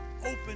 open